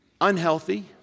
unhealthy